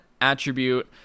attribute